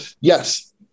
yes